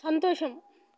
సంతోషం